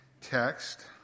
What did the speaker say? text